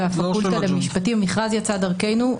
המכרז יצא דרכנו,